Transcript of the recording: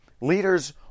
Leaders